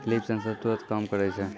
leaf sensor तुरत काम करै छै